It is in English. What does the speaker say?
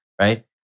right